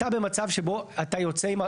אתה במצב שבו אתה יוצא,